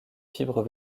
fibres